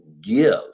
give